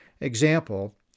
example